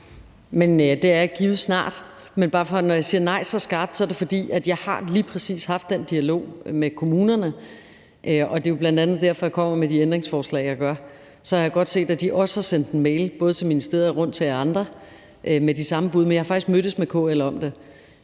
det er jeg givetvis snart. Men når jeg siger nej så skarpt, er det, fordi jeg lige præcis har haft den dialog med kommunerne, og det er jo bl.a. derfor, at jeg kommer med de ændringsforslag, jeg gør. Så har jeg godt set, at de også har sendt en mail både til ministeriet og rundt til jer andre med de samme bud – men jeg har faktisk mødtes med kommunerne